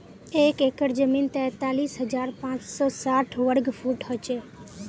एक एकड़ जमीन तैंतालीस हजार पांच सौ साठ वर्ग फुट हो छे